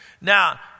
Now